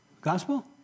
Gospel